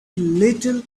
little